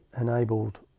enabled